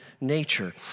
nature